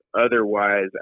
otherwise